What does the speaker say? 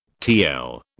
TL